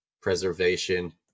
preservation